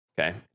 okay